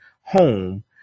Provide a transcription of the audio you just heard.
home